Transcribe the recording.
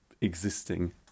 existing